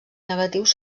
negatius